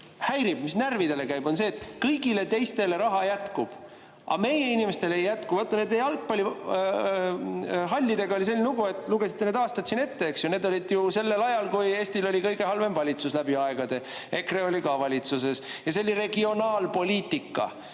mis närvidele käib, on see, et kõigile teistele raha jätkub, aga meie inimestele ei jätku. Vaat, nende jalgpallihallidega oli selline lugu – te lugesite need aastad siin ette –, et need olid sellel ajal, kui Eestil oli kõige halvem valitsus läbi aegade, EKRE oli ka valitsuses. Ja see oli regionaalpoliitika.